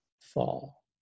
fall